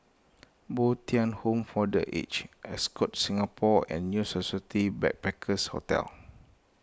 Bo Tien Home for the Aged Ascott Singapore and New Society Backpackers' Hotel